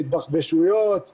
אני